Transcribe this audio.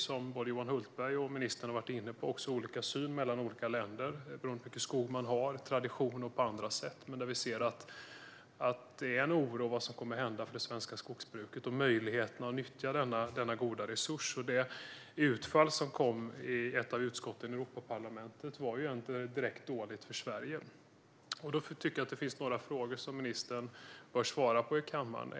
Som både Johan Hultberg och ministern har varit inne på har man också olika synsätt i olika länder beroende på hur mycket skog man har, traditioner och annat. Det finns en oro för vad som kommer att hända med det svenska skogsbruket och möjligheterna att nyttja denna goda resurs. Det utfall som kom i ett av utskotten i Europaparlamentet var ju direkt dåligt för Sverige. Jag tycker att det finns några frågor som ministern bör svara på här i kammaren.